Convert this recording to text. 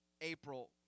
April